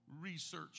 research